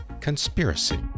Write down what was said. Conspiracy